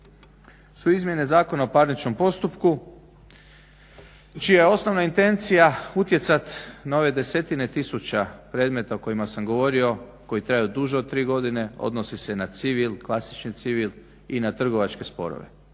su izmjene Zakona o parničnom postupku čija je osnovna intencija utjecat na ove desetine tisuća predmeta o kojima sam govorio koji traju duže od tri godine. Odnosi se i na civil, klasični civil i na trgovačke sporove.